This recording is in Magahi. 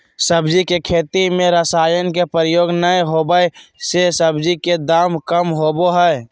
सब्जी के खेती में रसायन के प्रयोग नै होबै से सब्जी के दाम कम होबो हइ